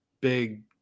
big